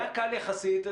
היה קל יחסית.